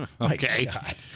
Okay